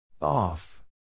Off